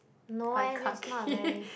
no eh that's not very